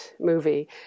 movie